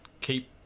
keep